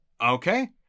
Okay